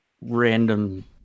random